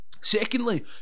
Secondly